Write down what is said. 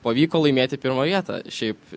pavyko laimėti pirmą vietą šiaip